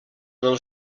del